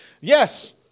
Yes